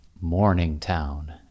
Morningtown